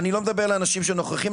אני לא מדבר לאנשים שנוכחים,